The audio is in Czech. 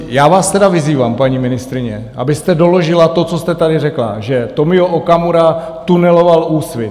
Já vás tedy vyzývám, paní ministryně, abyste doložila to, co jste tady řekla že Tomio Okamura tuneloval Úsvit.